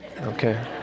Okay